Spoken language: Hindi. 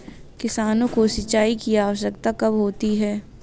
किसानों को सिंचाई की आवश्यकता कब होती है?